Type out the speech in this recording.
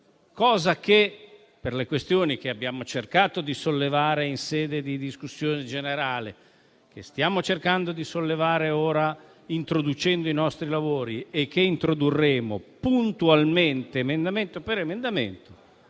che - per le questioni che abbiamo cercato di sollevare in sede di discussione generale, che stiamo cercando di sollevare ora introducendo i nostri lavori e che esamineremo puntualmente, emendamento per emendamento